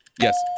Yes